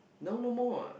now no more what